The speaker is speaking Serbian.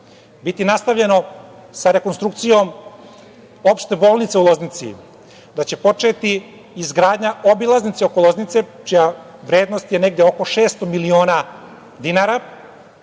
biti nastavljeno sa rekonstrukcijom Opšte bolnice u Loznici, da će početi izgradnja obilaznice oko Loznice čija je vrednost oko 600 miliona dinara